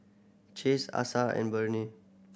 Chase Asa and Burney